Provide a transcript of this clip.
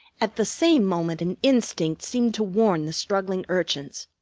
at the same moment an instinct seemed to warn the struggling urchins.